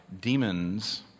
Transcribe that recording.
demons